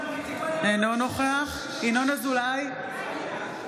אינו נוכח ינון אזולאי,